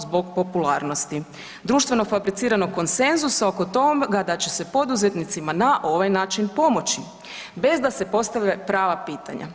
Zbog popularnosti društveno fabriciranog konsenzusa oko toga da će se poduzetnicima na ovaj način pomoći bez da se postavlja prava pitanja.